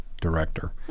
director